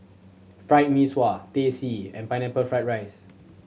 Fried Mee Sua Teh C and Pineapple Fried rice